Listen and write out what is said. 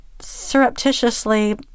surreptitiously